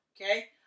Okay